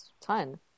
ton